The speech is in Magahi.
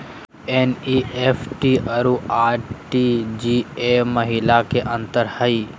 एन.ई.एफ.टी अरु आर.टी.जी.एस महिना का अंतर हई?